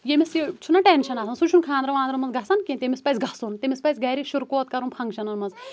ییٚمِس یہِ چھ نہ ٹٮ۪نشٮ۪ن آسان سُہ چھُ نہٕ خانٛدرَن وانٛدرَن منٛز گَژَھان کیٚنٛہہ تٔمِس پَزِ گَژھُن تٔمِس پَزۍ گَرِ شِرکوت کَرُن فَنٛکشَنَن منٛز